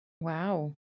Wow